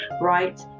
right